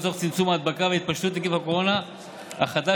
לצורך צמצום ההדבקה והתפשטות נגיף הקורונה החדש,